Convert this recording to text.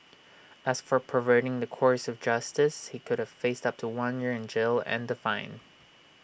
as for perverting the course of justice he could have faced up to one year in jail and the fine